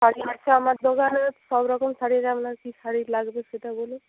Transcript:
শাড়ি আছে আমার দোকানে সব রকম শাড়ি আপনার কি শাড়ি লাগবে সেটা বলুন